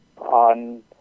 on